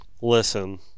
Listen